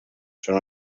són